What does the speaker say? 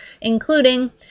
including